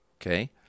okay